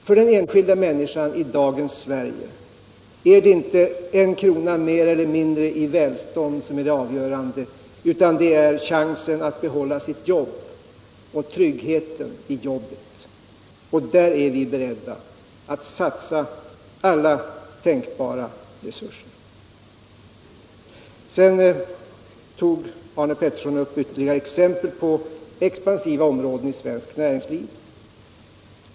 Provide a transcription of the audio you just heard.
För den enskilda människan i dagens Sverige är det inte en krona mer eller mindre i välstånd som är det avgörande, utan det är chansen att behålla sitt jobb och tryggheten i jobbet. Och därvidlag är vi beredda att satsa alla tänkbara resurser. Sedan anförde Arne Pettersson ytterligare exempel på expansiva områden i svenskt näringsliv.